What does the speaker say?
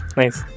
nice